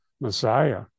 Messiah